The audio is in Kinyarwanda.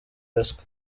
ruswa